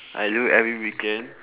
I do every weekend